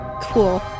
Cool